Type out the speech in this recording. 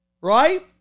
right